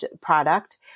product